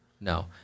No